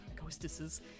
ghostesses